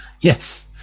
Yes